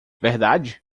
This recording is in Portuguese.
verdade